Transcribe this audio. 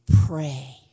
pray